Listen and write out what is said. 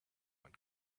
when